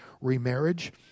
remarriage